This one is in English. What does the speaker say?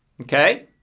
Okay